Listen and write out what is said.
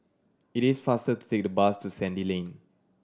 it is faster to take the bus to Sandy Lane